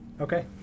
Okay